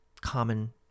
common